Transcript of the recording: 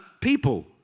people